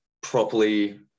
properly